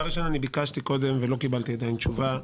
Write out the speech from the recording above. ראשית, ביקשתי קודם ולא קיבלתי תשובה,